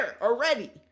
already